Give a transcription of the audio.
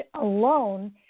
alone